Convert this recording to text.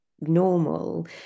normal